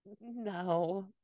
no